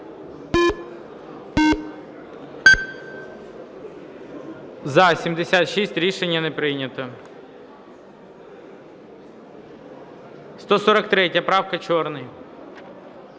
За-76 Рішення не прийнято. 143 правка, Чорний.